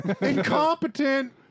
incompetent